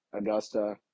Augusta